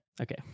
Okay